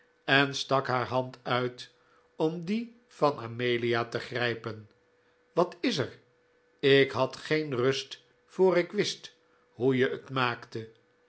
en stak haar hand uit om die van amelia te grijpen wat is er ik had geen rust voor ik wist hoe je het maakte